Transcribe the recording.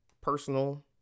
personal